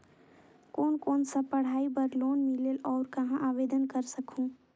कोन कोन सा पढ़ाई बर लोन मिलेल और कहाँ आवेदन कर सकहुं?